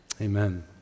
Amen